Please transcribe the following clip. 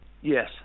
Yes